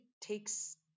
takes